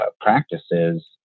practices